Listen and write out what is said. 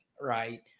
right